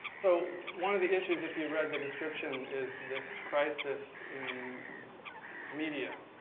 so, one of the issues, if you read the description is this crisis in media.